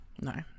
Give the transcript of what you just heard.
No